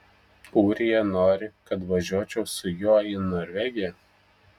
ūrija nori kad važiuočiau su juo į norvegiją